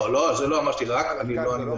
לא, אני מציע שנדייק.